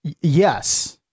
Yes